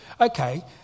Okay